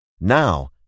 Now